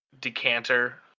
decanter